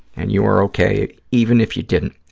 and you are okay even if you didn't.